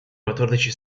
quattordici